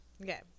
Okay